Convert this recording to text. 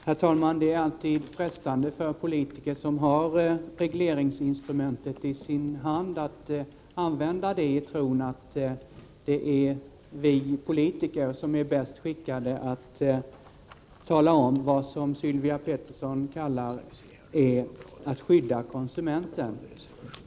Herr talman! Det är alltid frestande för politiker som har regleringsinstrumentet i sin hand att använda det i tron att det är vi politiker som är bäst skickade att tala om vad som är mest ägnat att, som Sylvia Pettersson uttrycker det, skydda konsumenten.